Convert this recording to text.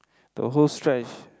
the whole stretch